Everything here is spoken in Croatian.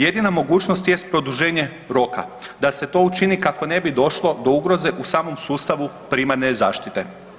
Jedina mogućnost jest produženje roka, da se to učini kako ne bi došlo do ugroze u samom sustavu primarne zaštite.